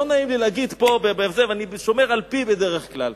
לא נעים לי להגיד פה, ואני שומר על פי בדרך כלל.